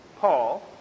Paul